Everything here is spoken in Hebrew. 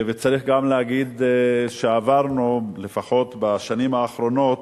וצריך גם להגיד שעברנו, לפחות בשנים האחרונות,